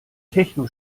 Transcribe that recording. techno